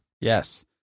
Yes